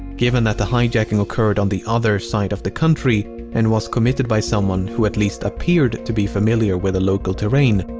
given that the hijacking occurred on the other side of the country and was committed by someone who, at least, appeared to be familiar with the local terrain,